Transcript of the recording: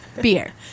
beer